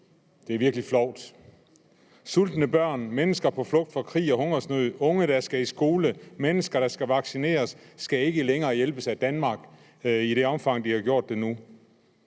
Det er virkelig flovt. Sultende børn, mennesker på flugt fra krig og hungersnød, unge, der skal i skole, mennesker, der skal vaccineres, skal ikke længere hjælpes af Danmark, i det omfang vi har gjort det